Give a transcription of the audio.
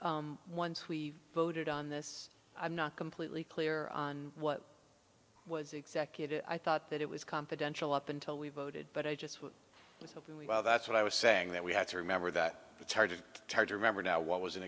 once we voted on this i'm not completely clear on what was the executive i thought that it was confidential up until we voted but i just was hoping that's what i was saying that we have to remember that it's hard to charge a member now what was an